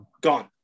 gone